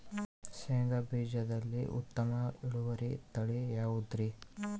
ಶೇಂಗಾ ಬೇಜದಲ್ಲಿ ಉತ್ತಮ ಇಳುವರಿಯ ತಳಿ ಯಾವುದುರಿ?